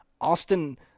Austin